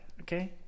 okay